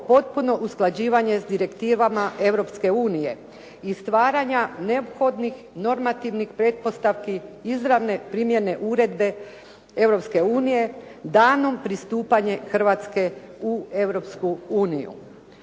potpuno usklađivanje s direktivama Europske unije i stvaranja neophodnih normativnih pretpostavki izravne primjene uredbe Europske unije danom pristupanja Hrvatske u